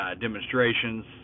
demonstrations